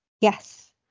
Yes